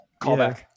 Callback